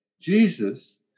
Jesus